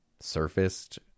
surfaced